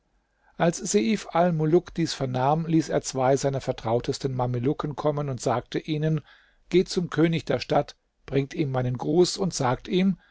als seif almuluk dies vernahm ließ er zwei seiner vertrautesten mamelucken kommen und sagte ihnen geht zum könig der stadt bringt ihm meinen gruß und sagt ihm